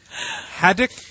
Haddock